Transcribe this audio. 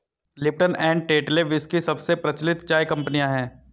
Lipton and Tetley विश्व की सबसे प्रचलित चाय कंपनियां है